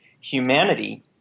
humanity